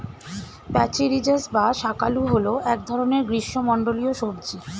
প্যাচিরিজাস বা শাঁকালু হল এক ধরনের গ্রীষ্মমণ্ডলীয় সবজি